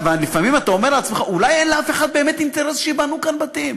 ולפעמים אתה אומר לעצמך: אולי אין לאף אחד באמת אינטרס שייבנו כאן בתים?